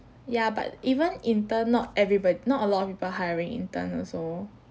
ya but even intern not everybod~ not a lot of people hiring intern also